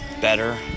better